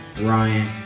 Ryan